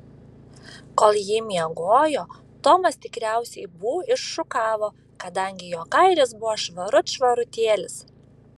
kol ji miegojo tomas tikriausiai bū iššukavo kadangi jo kailis buvo švarut švarutėlis